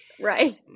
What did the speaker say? Right